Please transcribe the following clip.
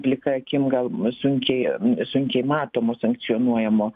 plika akim gal sunkiai sunkiai matomų sankcionuojamų